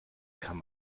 kann